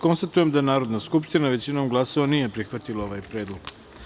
Konstatujem da Narodna skupština, većinom glasova, nije prihvatila ovaj predlog.